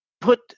put